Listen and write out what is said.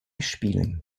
spielen